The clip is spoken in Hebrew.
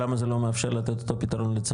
למה זה לא מאפשר לתת את אותו פתרון לצפון,